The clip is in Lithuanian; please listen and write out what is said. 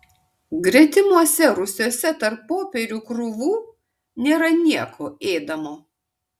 gretimuose rūsiuose tarp popierių krūvų nėra nieko ėdamo